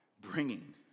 bringing